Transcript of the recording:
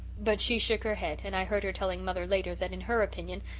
but she shook her head and i heard her telling mother later that, in her opinion,